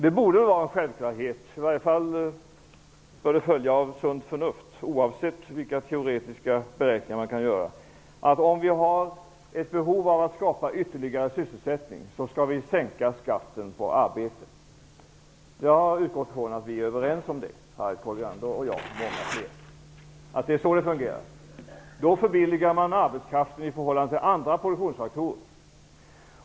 Det borde vara en självklarhet, i varje fall borde det följa av sunt förnuft oavsett vilka teoretiska beräkningar man kan göra. Om vi har ett behov av att skapa ytterligare sysselsättning skall vi sänka skatten på arbete. Jag har utgått från att vi är överens om det, Harriet Colliander, jag och många fler. Det är så det fungerar. Då förbilligar man arbetskraften i förhållande till andra produktionsfaktorer.